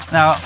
Now